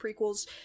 prequels